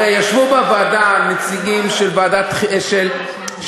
הרי ישבו בוועדה נציגים של רווחה,